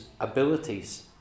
abilities